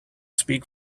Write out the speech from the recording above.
speak